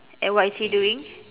and what is he doing